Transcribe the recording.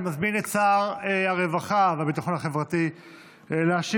אני מזמין את שר הרווחה והביטחון החברתי להשיב